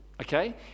okay